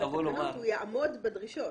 כתוב שהוא יעמוד בדרישות.